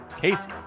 Casey